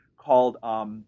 called